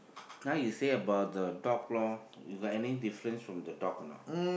!huh! you say about the dog loh you got any difference from the dog or not